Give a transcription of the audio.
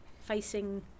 facing